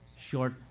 short